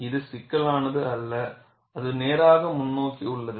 இது சிக்கலானது அல்ல அது நேராக முன்னோக்கி உள்ளது